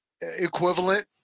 equivalent